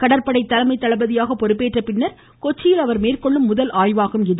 கடற்படை தலைமை தளபதியாக பொறுப்பேற்ற பின்னர் கொச்சியில் அவர் மேற்கொள்ளும் முதல் ஆய்வாகும் இது